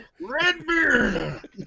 Redbeard